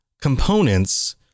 components